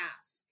ask